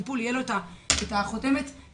צד אחד קיים את החוזה והצד השני השאיר את זה באוויר.